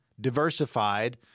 diversified